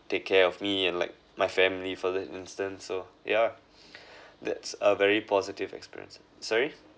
take care of me and like my family for that instance so yeah that's a very positive experience sorry